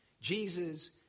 Jesus